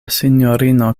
sinjorino